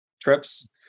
trips